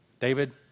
David